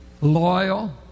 loyal